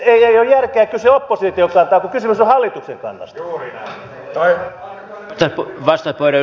ei ole järkeä kysyä oppositiolta kun kysymys on hallituksen kannasta